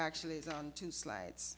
actually is on two slides